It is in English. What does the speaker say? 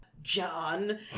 John